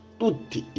tutti